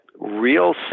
real